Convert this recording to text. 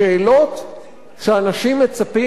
שאנשים מצפים לקבל בהן תשובות.